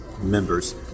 members